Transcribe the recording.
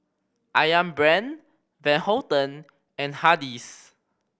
Ayam Brand Van Houten and Hardy's